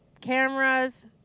cameras